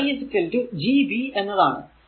അത് i Gv എന്നതാണ്